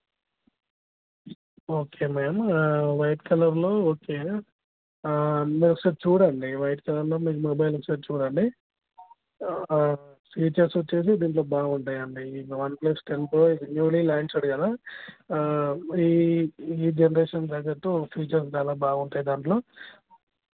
okay ma'am white కలర్లో okay మీరు ఒకసారి చూడండి వైట్ కలర్లో మీరు మొబైల్ ఒకసారి చూడండి ఫీచర్స్ వచ్చి దీంట్లో బాగుంటాయి అండి one plus ten pro newly launched కదా ఈ జనరేషన్ తగ్గట్టు ఫీచర్స్ చాలా బాగుంటాయి దాంట్లో